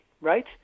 right